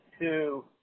two